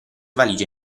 valige